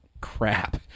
crap